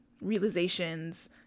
realizations